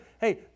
Hey